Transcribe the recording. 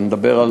אני מדבר על